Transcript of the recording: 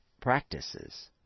practices